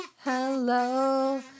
hello